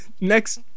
next